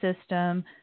system